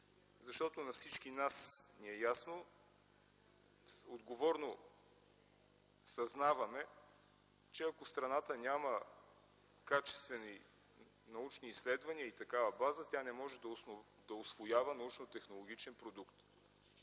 защото на всички ни е ясно, отговорно съзнаваме, че ако страната няма качествени научни изследвания и такава база, тя не може да усвоява научно-технологичен продукт,